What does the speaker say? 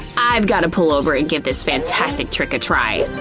i've gotta pull over and give this fantastic trick a try.